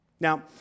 Now